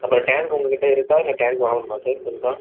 அப்புறம் டேங்க் உங்ககிட்ட இருக்கா இல்லை டேங்க் வாங்கணுமா சார் புதுசாக